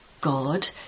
God